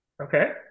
Okay